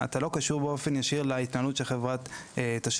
אתה לא קשור באופן ישיר להתנהלות של חברת תשלומים.